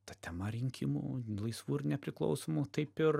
ta tema rinkimų laisvų ir nepriklausomų taip ir